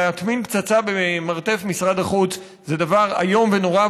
להטמין פצצה במרתף משרד החוץ זה דבר איום ונורא,